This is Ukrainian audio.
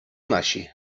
наші